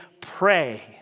pray